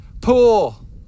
pool